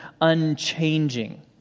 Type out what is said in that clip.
unchanging